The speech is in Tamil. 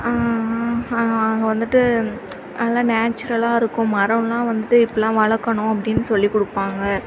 அங்கே வந்துவிட்டு நல்லா நேச்சுரலாயிருக்கு மரலாம் வந்துவிட்டு இப்புடில்லாம் வளக்குணும் அப்பிடின்னு சொல்லி கொடுப்பாங்க